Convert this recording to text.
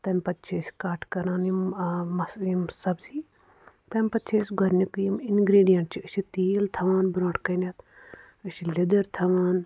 تَمہِ پَتہٕ چھِ أسۍ کَٹ کَران یِم مَس یِم سَبزی تَمہِ پَتہٕ چھِ أسۍ گۄڈنِکُے یِم اِنگرٛیٖڈِیَنٹ چھِ أسۍ چھِ تیٖل تھاوان برونٛٹھ کَنٮ۪تھ أسۍ چھِ لِدٕر تھاوان